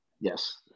Yes